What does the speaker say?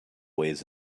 ways